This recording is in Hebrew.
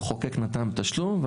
המחוקק נתן תשלום,